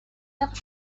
never